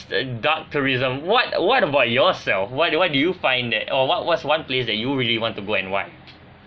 t~ dark tourism what what about yourself what do what do you find that or what what's one place that you really want to go and why